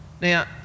now